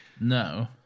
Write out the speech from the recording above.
No